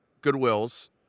Goodwill's